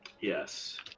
Yes